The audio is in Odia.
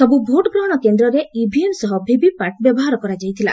ସବ୍ର ଭୋଟ୍ ଗ୍ରହଣ କେନ୍ଦ୍ରରେ ଇଭିଏମ୍ ସହ ଭିଭିପାଟ୍ ବ୍ୟବହାର କରାଯାଇଥିଲା